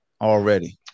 already